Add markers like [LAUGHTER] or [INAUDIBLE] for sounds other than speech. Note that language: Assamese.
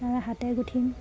[UNINTELLIGIBLE] হাতে গুঠিম